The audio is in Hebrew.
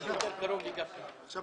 פניות מספר 247 עד 248, הוצאות